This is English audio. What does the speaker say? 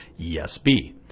ESB